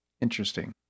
Interesting